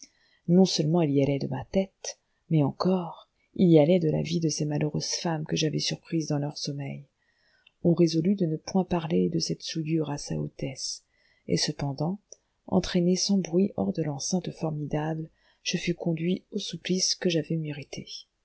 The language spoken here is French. non-seulement il y allait de ma tête mais encore il y allait de la vie de ces malheureuses femmes que j'avais surprises dans leur sommeil on résolut de ne point parler de cette souillure à sa hautesse et cependant entraîné sans bruit hors de l'enceinte formidable je fus conduit au supplice que j'avais mérité